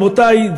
רבותי,